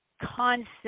concept